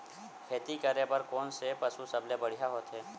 खेती करे बर कोन से पशु सबले बढ़िया होथे?